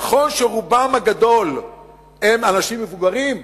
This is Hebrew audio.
נכון שרובם הגדול הם אנשים מבוגרים,